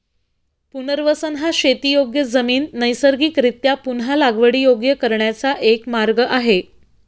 पुनर्वसन हा शेतीयोग्य जमीन नैसर्गिकरीत्या पुन्हा लागवडीयोग्य करण्याचा एक मार्ग आहे